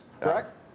correct